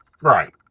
right